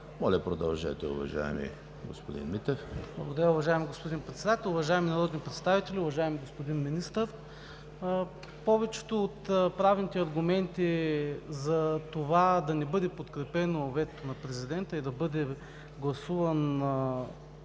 Моля, продължете, уважаеми господин Митев. ХРИСТИАН МИТЕВ: Благодаря. Уважаеми господин Председател, уважаеми народни представители, уважаеми господин Министър! Повечето от правните аргументи за това да не бъде подкрепено ветото на Президента и да бъде гласуван